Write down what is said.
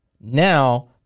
now